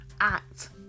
act